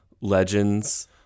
legends